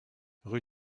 rue